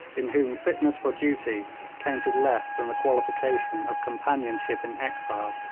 in whom fitness for duty counted less than the qualification of companionship in exile.